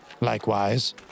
likewise